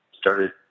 started